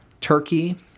Turkey